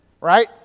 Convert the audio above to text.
right